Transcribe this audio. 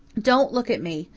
don't look at me,